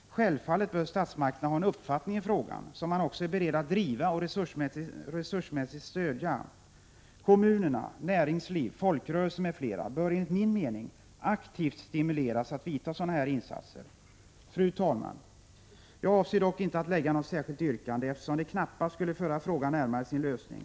Självfallet bör statsmakterna ha en uppfattning i frågan som man också är beredd att driva och resursmässigt stödja. Kommuner, näringsliv, folkrörelser m.fl. bör — Prot. 1986/87:119 enligt min mening aktivt stimuleras att göra sådana här insatser. 8 maj 1987 Fru talman! Jag avser inte att ställa något särskilt yrkande, eftersom det knappast skulle föra frågan närmare en lösning.